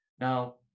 Now